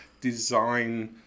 design